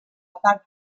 part